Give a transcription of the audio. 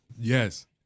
Yes